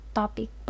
topic